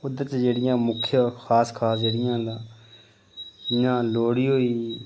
उद्धर च जेह्ड़ियां मुक्ख खास खास जेह्ड़ियां न जि'यां लोह्ड़ी होई